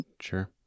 Sure